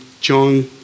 John